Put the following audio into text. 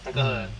mm